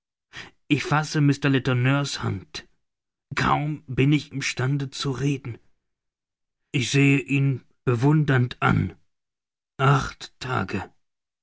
ich fasse mr letourneur's hand kaum bin ich im stande zu reden ich sehe ihn bewundernd an acht tage